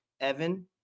Evan